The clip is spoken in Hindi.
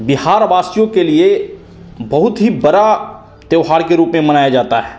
बिहारवासियों के लिए बहुत ही बड़ा त्यौहार के रूप में मनाया जाता है